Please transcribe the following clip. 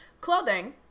clothing